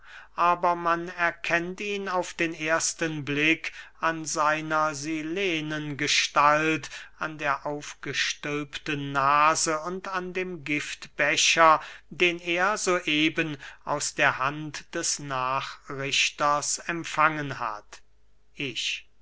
aber man erkennt ihn auf den ersten blick an seiner silenengestalt an der aufgestülpten nase und an dem giftbecher den er so eben aus der hand des nachrichters empfangen hat ich